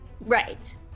Right